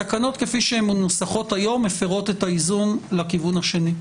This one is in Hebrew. התקנות כפי שהן מנוסחות היום מפרות את האיזון לכיוון השני.